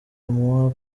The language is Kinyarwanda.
moi